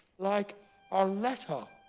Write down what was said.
like a letter.